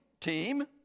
team